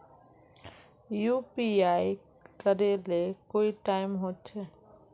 UPI करे ले कोई टाइम होचे?